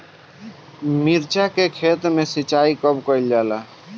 मिर्चा के खेत में सिचाई कब कइल जाला?